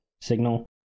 signal